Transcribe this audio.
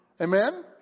Amen